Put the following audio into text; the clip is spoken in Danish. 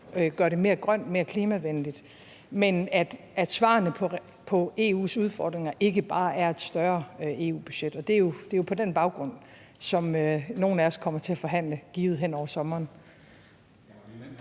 gør det mere grønt, mere klimavenligt. Men svarene på EU's udfordringer er ikke bare et større EU-budget. Det er jo på den baggrund, nogle af os givet kommer til at forhandle hen over sommeren.